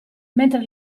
mentre